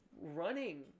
running